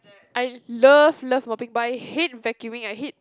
I love love mopping but I hate vacuuming I hate